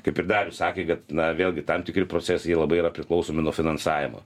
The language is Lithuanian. kaip ir darius sakė kad na vėlgi tam tikri procesai jie labai yra priklausomi nuo finansavimo